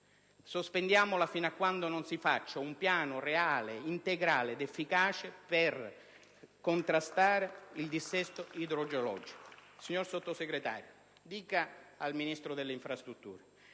Sospendiamola fino a quando non si predisponga un piano reale ed efficace per contrastare il dissesto idrogeologico. Signor Sottosegretario, dica al Ministro delle infrastrutture